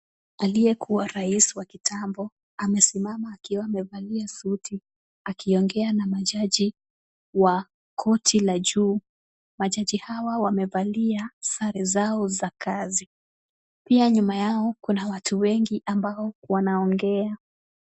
Aliyekuwa rais wa kitambo amesimama akiwa amevalia suti, akiongea na majaji wa korti la juu. Majaji hawa wamevalia sare zao za kazi. Pia nyuma yao kuna watu wengi ambao wanaongea.